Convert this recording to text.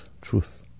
truth